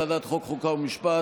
לוועדה המסדרת